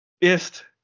ist